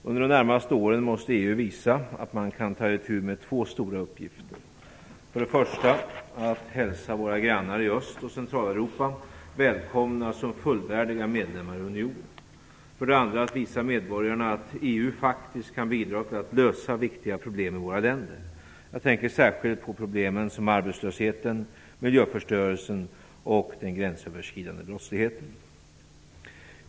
Under de närmaste åren måste EU visa att man kan ta itu med två stora uppgifter: 1. att hälsa våra grannar i Öst och Centraleuropa välkomna som fullvärdiga medlemmar i unionen och 2. att visa medborgarna att EU faktiskt kan bidra till att lösa viktiga problem i våra länder, särskilt sådana problem som arbetslösheten, miljöförstörelsen och den gränsöverskridande brottsligheten.